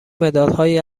مدادهایی